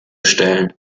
stellen